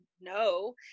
no